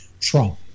Trump